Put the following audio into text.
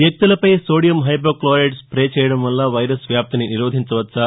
వ్యక్తులపై sodium hypo chloride spray చేయడం వల్ల వైరస్ వ్యాప్తిని నిరోధించవచ్చా